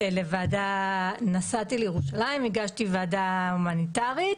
נסעתי לירושלים, הגשתי ועדה הומניטרית,